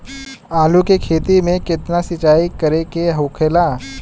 आलू के खेती में केतना सिंचाई करे के होखेला?